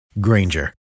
Granger